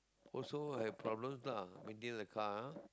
also have problems lah maintaining the car